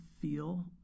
feel